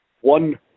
One